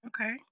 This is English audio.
Okay